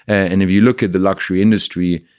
and if you look at the luxury industry,